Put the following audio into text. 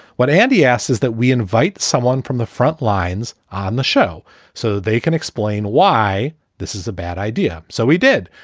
when andy asks is that we invite someone from the front lines on the show so they can explain why this is a bad idea. so we did.